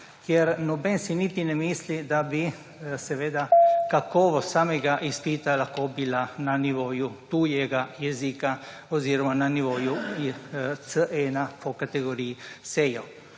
si noben niti ne misli, da bi kakovost samega izpita lahko bila na nivoju tujega jezika oziroma na nivoju C1 po kategoriji SEJO.